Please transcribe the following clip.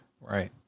Right